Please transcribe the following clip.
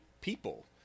people